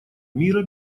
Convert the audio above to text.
мира